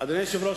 אדוני היושב-ראש,